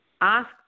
Ask